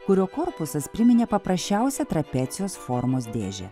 kurio korpusas priminė paprasčiausią trapecijos formos dėžę